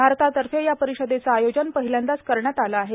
भारतातर्फे या परिषदेचं आयोजन पहिल्यांदाच करण्यात आलं आहे